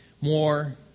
more